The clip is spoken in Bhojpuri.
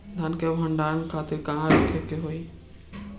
धान के भंडारन खातिर कहाँरखे के होई?